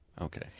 Okay